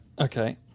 Okay